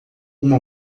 uma